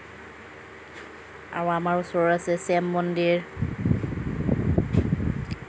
আৰু আমাৰ ওচৰত আছে জৈন মন্দিৰ